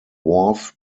worf